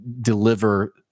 deliver